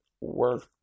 work